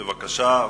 משרדכם.